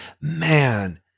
man